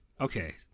Okay